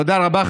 תודה רבה,